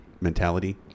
mentality